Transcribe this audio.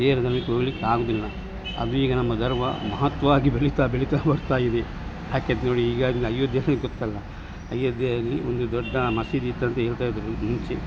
ಬೇರೆ ಧರ್ಮಕ್ಕೆ ಹೋಗಲಿಕ್ಕೆ ಆಗುವುದಿಲ್ಲ ಅದು ಈಗ ನಮ್ಮ ಧರ್ಮ ಮಹತ್ವವಾಗಿ ಬೆಳಿತಾ ಬೆಳಿತಾ ಬರ್ತಾಯಿದೆ ಅದಕ್ಕೆ ನೋಡಿ ಈಗ ಅಯೋಧ್ಯೆ ನಿಮಗೆ ಗೊತ್ತಲ್ಲ ಅಯೋಧ್ಯೆಯಲ್ಲಿ ಒಂದು ದೊಡ್ಡ ಮಸೀದಿ ಇತ್ತಂತ ಹೇಳ್ತಾಯಿದ್ರು ಮುಂಚೆ